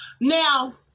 Now